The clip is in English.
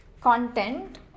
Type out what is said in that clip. content